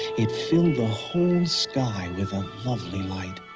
it filled the whole sky with a lovely light.